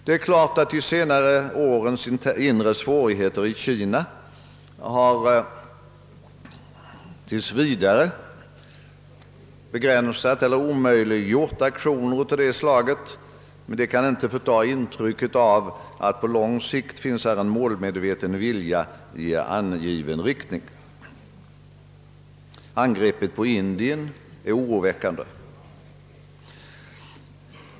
Det är klart att de senare årens inre svårigheter i Kina tills vidare begränsat eller omöjliggjort aktioner av det slaget, men det kan inte förta intrycket av att det på lång sikt finns en målmedveten vilja i angiven riktning. Angreppet på Indien är oroväckande.